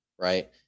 Right